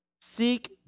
Seek